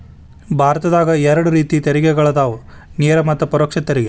ಭಾರತದಾಗ ಎರಡ ರೇತಿ ತೆರಿಗೆಗಳದಾವ ನೇರ ಮತ್ತ ಪರೋಕ್ಷ ತೆರಿಗೆ